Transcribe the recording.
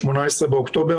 18 באוקטובר,